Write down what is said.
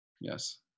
Yes